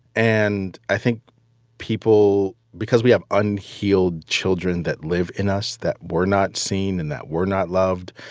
and i think people because we have unhealed children that live in us that we're not seeing and that we're not loved,